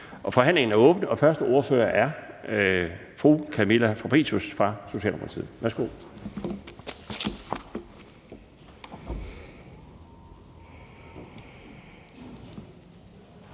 Forhandlingen er åbnet, og første ordfører er fru Camilla Fabricius fra Socialdemokratiet.